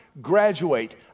graduate